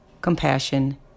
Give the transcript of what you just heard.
compassion